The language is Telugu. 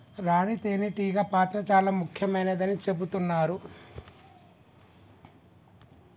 రాణి తేనే టీగ పాత్ర చాల ముఖ్యమైనదని చెబుతున్నరు